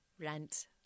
rent